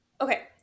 okay